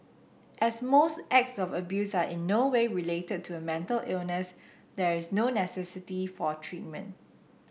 as most acts of abuse are in no way related to a mental illness there is no necessity for treatment